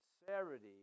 sincerity